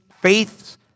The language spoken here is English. faith's